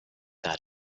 that